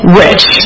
rich